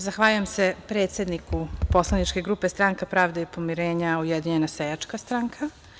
Zahvaljujem se predsedniku poslaničke grupe Stranka pravde i pomirenja - Ujedinjena seljačka stranka.